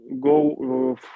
go